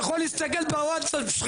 ביטון ביטון אתה יכול להסתכל בוואטסאפ שלך,